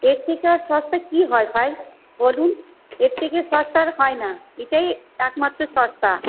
এর থেকে আর সস্তা কি হয় ভাই বলুন এর থেকে সস্তা আর হয় না এটাই একমাত্র সস্তা